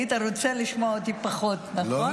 היית רוצה לשמוע אותי פחות, נכון?